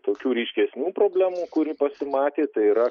tokių ryškesnių problemų kuri pasimatė tai yra